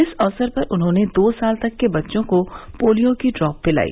इस अवसर पर उन्होंने दो साल तक के बच्चों को पोलियो की ड्रॉप पिलाई